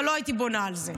אבל לא הייתי בונה על זה.